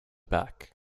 back